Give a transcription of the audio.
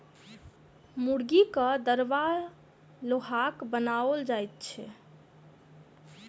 मुर्गीक दरबा लोहाक बनाओल जाइत छै